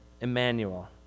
Emmanuel